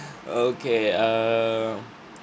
okay err